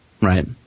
right